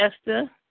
Esther